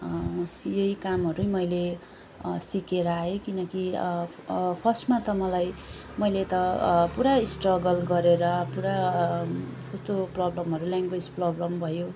यही कामहरू मैले सिकेर आएँ किनकि फर्स्टमा त मलाई मैले त पुरा स्ट्रगल गरेर पुरा कस्तो प्रब्लमहरू ल्याङग्वेज प्रब्लम भयो